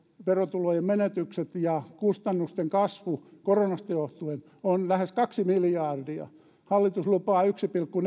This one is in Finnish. verotulojen menetykset ja kustannusten kasvu koronasta johtuen on lähes kaksi miljardia hallitus lupaa yksi pilkku